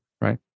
right